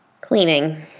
cleaning